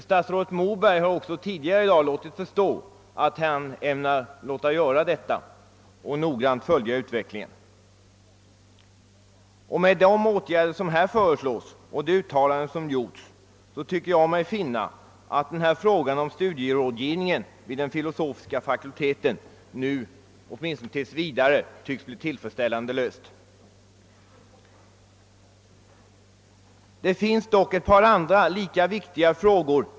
Statsrådet Moberg har också tidigare i dag låtit förstå att han tänker handla därefter. Med de åtgärder som föreslås och de uttalanden som gjorts tycker jag mig finna att frågan om studierådgivning vid de filosofiska fakulteterna åtminstone tills vidare fått en tillfredsställande lösning. I samband med studierådgivningen finns dock ett par andra viktiga frågor.